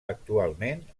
actualment